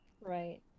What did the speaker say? Right